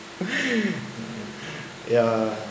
yeah